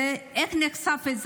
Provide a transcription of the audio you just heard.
איך זה נחשף?